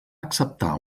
acceptar